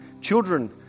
children